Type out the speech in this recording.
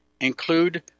include